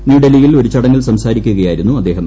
ന്യൂഡൽഹിയിൽ ഒരു ചടങ്ങിൽ സംസാരിക്കുകയായിരുന്നു അദ്ദേഹം